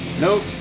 nope